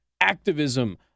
activism